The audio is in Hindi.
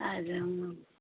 आ जाऊँगी